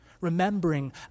remembering